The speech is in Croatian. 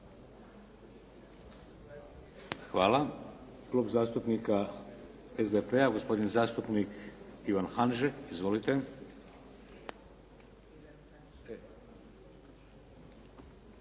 Hvala. Klub zastupnika SDP-a. Gospodin zastupnik Ivan Hanžek. Izvolite.